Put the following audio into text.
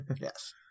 Yes